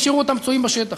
השאירו אותם פצועים בשטח.